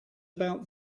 about